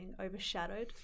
overshadowed